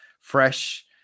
fresh